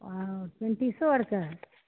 ओ जॉन्डिसो आरके